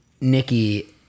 Nikki